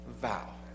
vow